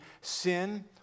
sin